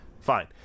Fine